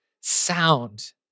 sound